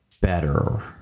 better